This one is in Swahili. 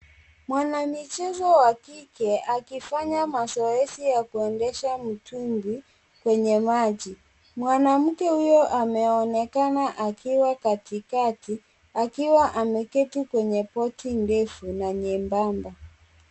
Mwanamichezo wa kike akifanya mazoezi ya kuendesha mtumbi kwenye maji . Mwanamke huyo ameonekana akiwa katikati akiwa ameketi kwenye boti ndefu na nyembamba.